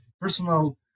personal